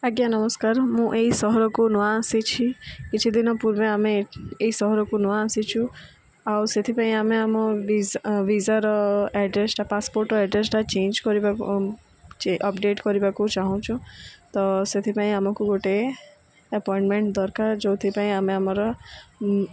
ଆଜ୍ଞା ନମସ୍କାର ମୁଁ ଏଇ ସହରକୁ ନୂଆଁ ଆସିଛି କିଛିଦିନ ପୂର୍ବେ ଆମେ ଏଇ ସହରକୁ ନୂଆଁ ଆସିଛୁ ଆଉ ସେଥିପାଇଁ ଆମେ ଆମ ଭିସାର ଆଡ଼୍ରେସ୍ଟା ପାସପୋର୍ଟ ଆଡ୍ରେସ୍ଟା ଚେଞ୍ଜ୍ କରିବାକୁ ଅପଡ଼େଟ୍ କରିବାକୁ ଚାହୁଁଛୁ ତ ସେଥିପାଇଁ ଆମକୁ ଗୋଟେ ଆପଏମେଣ୍ଟ୍ ଦରକାର ଯେଉଁଥିପାଇଁ ଆମେ ଆମର